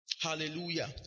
hallelujah